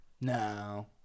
No